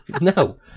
No